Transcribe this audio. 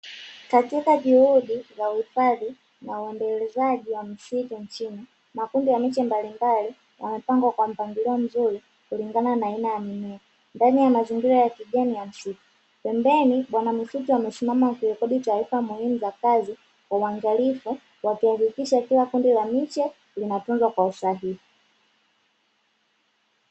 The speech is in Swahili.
Katika juhudi za uhifadhi na uendelezaji wa misitu nchini makundi ya miche mbalimbali yamepangwa kwa mpangilio mzuri kulingana na aina ya mmea, ndani ya mazingira ya kijani ya msitu, pembeni bwana misitu amesimama akirekodi taarifa muhimu za kazi kwa uangalifu akihakikisha kila kundi la miche linatunzwa kwa usahihi.